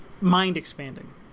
mind-expanding